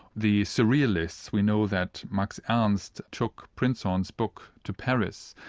the surrealists. we know that max ernst took prinzhorn's book to paris,